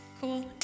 Cool